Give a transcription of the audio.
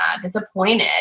disappointed